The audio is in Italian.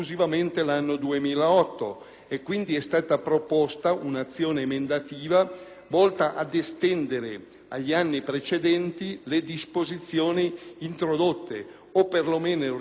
volta ad estendere agli anni precedenti le disposizioni introdotte o, per lo meno, a riferire il calcolo revisionale per il 2008 su base trimestrale.